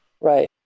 Right